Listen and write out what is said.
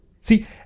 See